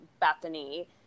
Bethany